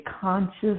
conscious